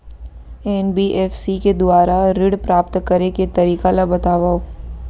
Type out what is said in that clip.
NBFC के दुवारा ऋण प्राप्त करे के तरीका ल बतावव?